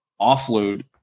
offload